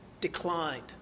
declined